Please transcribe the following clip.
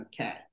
okay